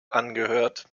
angehört